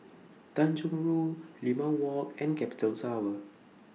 Tanjong Rhu Limau Walk and Capital Tower